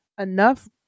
enough